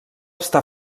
està